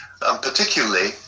Particularly